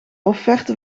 offerte